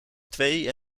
twee